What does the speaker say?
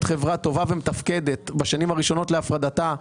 חברה טובה ומתפקדת בשנים הראשונות להפרדתה,